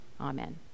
Amen